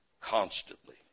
constantly